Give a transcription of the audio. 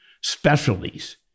specialties